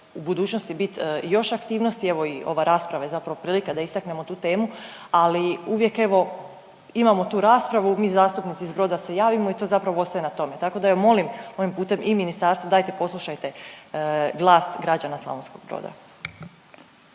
u budućnosti bit i još aktivnosti, evo i ova rasprava je zapravo prilika da istaknemo tu temu, ali uvijek, evo imamo tu raspravu, mi zastupnici iz Broda se javimo i to zapravo ostaje na tome. Tako da, evo, molim ovim putem i ministarstvo, dajte poslušajte glas građana Slavonskog Broda.